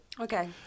Okay